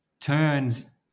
turns